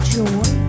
joy